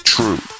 True